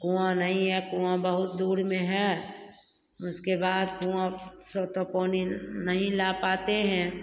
कुआँ नहीं है कुआँ बहुत दूर में है उसके बाद कुआँ से तो पानी नहीं ला पाते हैं